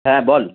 হ্যাঁ বল